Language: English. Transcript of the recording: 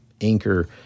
anchor